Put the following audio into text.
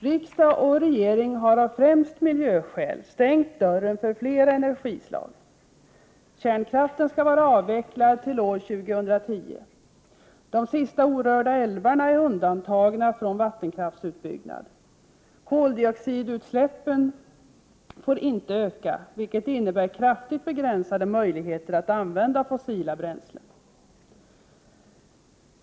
Riksdag och regering har främst av miljöskäl stängt dörren för fler energislag. Kärnkraften skall vara avvecklad till år 2010. De sista orörda älvarna är undantagna från vattenkraftsutbyggnad. Koldioxidutsläppen får inte öka, vilket innebär kraftigt begränsade möjligheter att använda fossila bränslen.